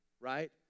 Right